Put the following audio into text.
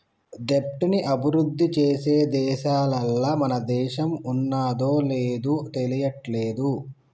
దెబ్ట్ ని అభిరుద్ధి చేసే దేశాలల్ల మన దేశం ఉన్నాదో లేదు తెలియట్లేదు